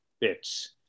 bits